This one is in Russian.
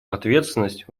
ответственность